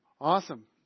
Awesome